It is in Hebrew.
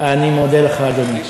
אני מודה לך, אדוני.